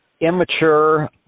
Immature